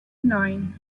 nine